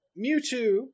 Mewtwo